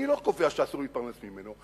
אני לא קובע שאסור להתפרנס ממנו.